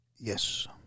Yes